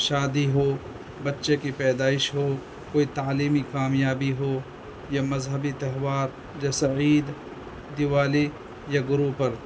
شادی ہو بچے کی پیدائش ہو کوئی تعلیمی کامیابی ہو یا مذہبی تہوار جیسے عید دیوالی یا گرو پرو